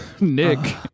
Nick